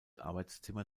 arbeitszimmer